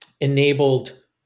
enabled